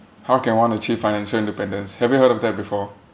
how can one achieve financial independence have you heard of that before